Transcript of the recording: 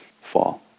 fall